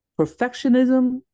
perfectionism